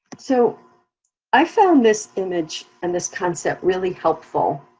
so i found this image and this concept really helpful.